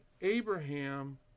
Abraham